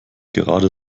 gerade